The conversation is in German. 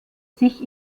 sich